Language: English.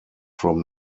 from